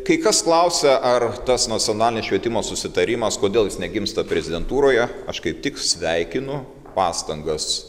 kai kas klausia ar tas nacionalinės švietimo susitarimas kodėl jis negimsta prezidentūroje aš kaip tik sveikinu pastangas